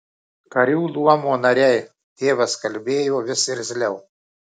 karių luomo nariai tėvas kalbėjo vis irzliau